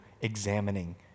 examining